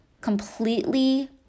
completely